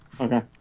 Okay